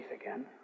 again